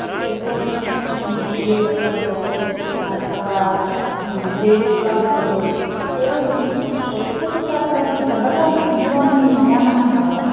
तस्य उपयोगं कर्तुं शक्नुमः पी डि एफ़् वा भवतु अथवा किं पेजस् वा भवतु एवं यत्र कुत्रापि वयं सर्वत्र दूरवाणीं तु नयामः एव